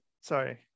sorry